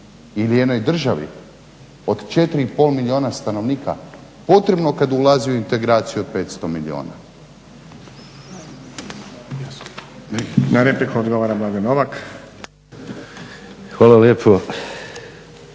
ili jednoj državi od 4,5 milijuna stanovnika potrebno kada ulazi u integraciju od 500 milijuna.